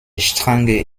strenge